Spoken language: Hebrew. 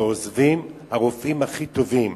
ועוזבים הרופאים הכי טובים.